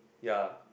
ya